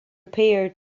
repaired